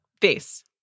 Face